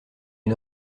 une